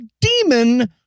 demon